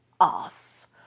off